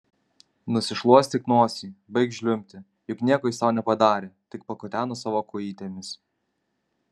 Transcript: nusišluostyk nosį baik žliumbti juk nieko jis tau nepadarė tik pakuteno savo kojytėmis